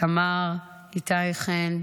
סמ"ר איתי חן,